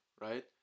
right